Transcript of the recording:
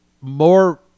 more